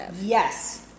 Yes